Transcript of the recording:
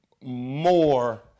more